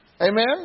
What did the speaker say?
Amen